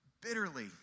bitterly